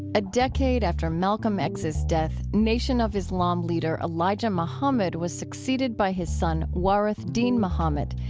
a decade after malcolm x's death, nation of islam leader elijah muhammad was succeeded by his son, warith deen muhammad,